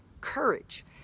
courage